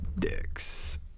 Dicks